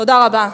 תודה רבה.